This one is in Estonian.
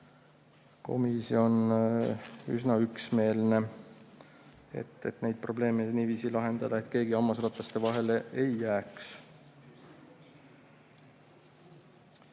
komisjon üsna üksmeelne – neid probleeme tuleb niiviisi lahendada, et keegi hammasrataste vahele ei jääks.